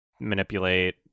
manipulate